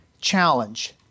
challenge